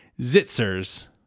Zitzers